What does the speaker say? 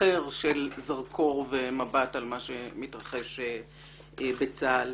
אחר של זרקור ומבט על מה שמתרחש בצה"ל.